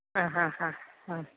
ആ ഹ ഹ ഹ